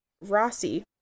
Rossi